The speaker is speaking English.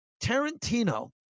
Tarantino